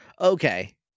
okay